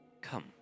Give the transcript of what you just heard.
Come